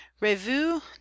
revue